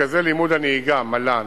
מרכזי לימוד הנהיגה, מל"ן,